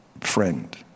friend